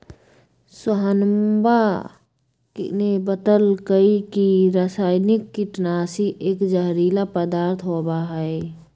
सोहनवा ने बतल कई की रसायनिक कीटनाशी एक जहरीला पदार्थ होबा हई